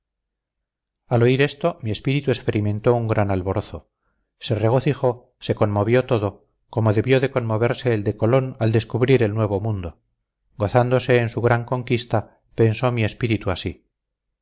al oír esto mi espíritu experimentó un gran alborozo se regocijó se conmovió todo como debió de conmoverse el de colón al descubrir el nuevo mundo gozándose en su gran conquista pensó mi espíritu así